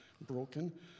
broken